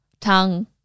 tongue